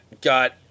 got